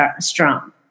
strong